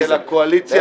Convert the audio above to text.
-- של הקואליציה